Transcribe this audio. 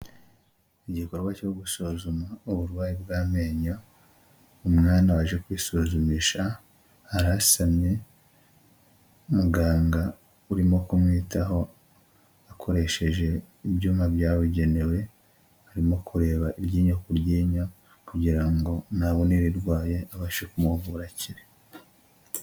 Igikorwa cyo gusuzuma uburwayi bw'amenyo umwana waje kwisuzumisha arasamye muganga urimo kumwitaho akoresheje ibyuma byabugenewe arimo kureba iryinyo ku ryinyo kugira ngo nabone ibirwaye abashe kumuvurakira.